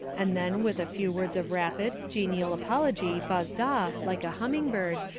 and then with a few words of rapid, genial apology buzzed off, like a humming bird,